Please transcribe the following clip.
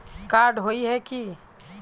Card होय है की?